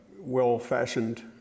well-fashioned